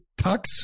tux